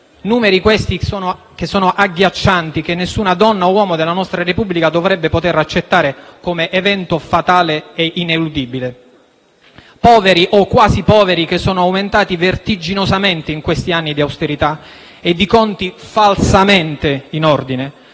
Questi numeri sono agghiaccianti e nessun uomo o donna della nostra Repubblica dovrebbe poter accettare come evento fatale e ineludibile. I poveri o quasi poveri che sono aumentati vertiginosamente in questi anni di austerità e i conti falsamente in ordine,